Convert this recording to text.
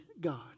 God